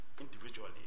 individually